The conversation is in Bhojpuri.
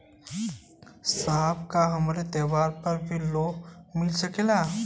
साहब का हमके त्योहार पर भी लों मिल सकेला?